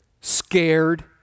scared